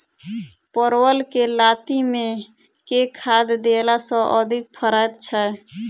परवल केँ लाती मे केँ खाद्य देला सँ अधिक फरैत छै?